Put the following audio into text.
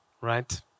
Right